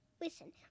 Listen